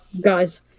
Guys